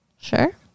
Sure